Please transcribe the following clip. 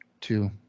two